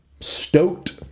Stoked